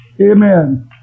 Amen